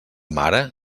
mare